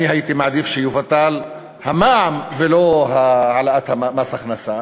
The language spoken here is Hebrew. אני הייתי מעדיף שיבוטל המע"מ ולא העלאת מס ההכנסה,